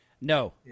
No